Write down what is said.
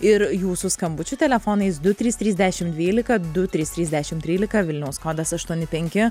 ir jūsų skambučių telefonais du trys trys dešimt dvylika du trys trys dešimt trylika vilniaus kodas aštuoni penki